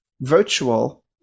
virtual